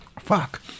Fuck